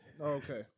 Okay